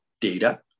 data